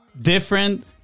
Different